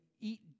eat